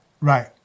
Right